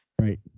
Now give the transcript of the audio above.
Right